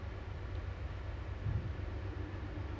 most likely like you said ah phase three